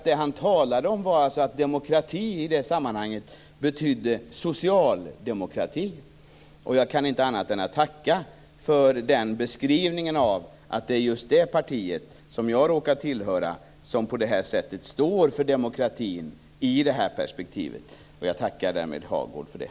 Det han talade om var alltså att demokrati i det sammanhanget betydde socialdemokrati. Jag kan inte annat än tacka för beskrivningen att det är just det parti som jag råkar tillhöra som står för demokratin i det här perspektivet. Jag tackar Hagård för det.